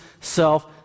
self